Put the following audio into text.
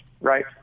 right